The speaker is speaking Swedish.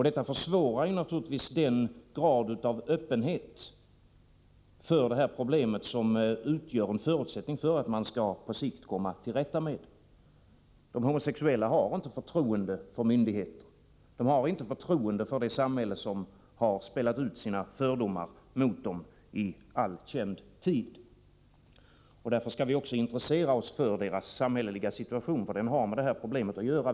Detta försvårar naturligtvis den grad av öppenhet för det här problemet som utgör en förutsättning för att man på sikt skall kunna komma till rätta med det. De homosexuella har inte förtroende för myndigheter. De har inte förtroende för det samhälle som har spelat ut sina fördomar mot dem i all känd tid. Därför skall vi också intressera oss för deras samhälleliga situation, för den har med detta problem att göra.